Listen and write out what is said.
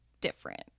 different